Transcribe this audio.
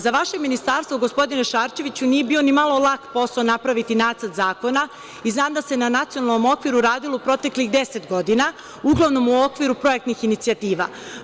Za vaše ministarstvo, gospodine Šarčeviću, nije bio ni malo lak posao napraviti nacrt zakona i znam da se na Nacionalnom okviru radilo u proteklih 10 godina, a uglavnom u okviru projektnih inicijativa.